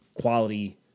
quality